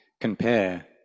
compare